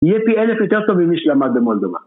נהיה פי אלף יותר טובים ממי ‫שלמד במולדובה.